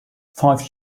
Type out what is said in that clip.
five